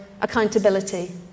accountability